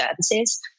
services